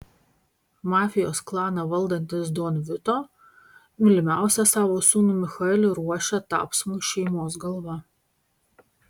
mafijos klaną valdantis don vito mylimiausią savo sūnų michaelį ruošia tapsmui šeimos galva